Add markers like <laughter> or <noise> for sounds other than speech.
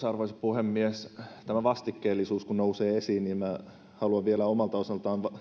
<unintelligible> arvoisa puhemies tämä vastikkeellisuus kun nousee esiin niin minä haluan vielä omalta osaltani